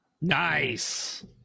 Nice